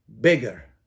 Bigger